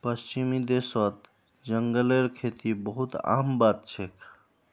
पश्चिमी देशत जंगलेर खेती बहुत आम बात छेक